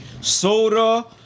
soda